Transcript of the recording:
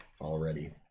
already